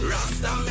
Rasta